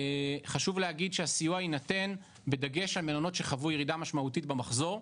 חשוב להגיד שהסיוע יינתן בדגש על מלונות שחוו ירידה משמעותית במחזור.